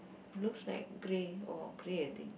looks like grey or grey I think